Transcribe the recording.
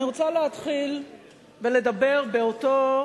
אני רוצה להתחיל בלדבר באותו,